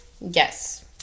Yes